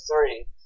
three